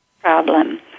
problem